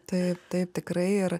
taip taip tikrai ir